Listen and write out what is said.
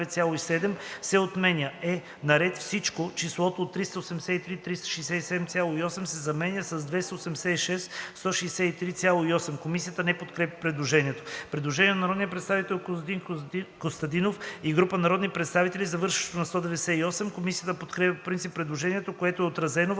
се отменя; е) на ред „Всичко“ числото „383 367,8“ се заменя с „286 163,8“.“ Комисията не подкрепя предложението. Предложение на народния представител Костадин Костадинов и група народни представители, завършващо на 198. Комисията подкрепя по принцип предложението, което е отразено в